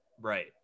right